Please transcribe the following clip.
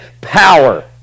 Power